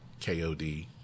KOD